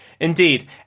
Indeed